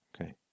Okay